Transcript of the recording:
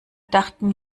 dachten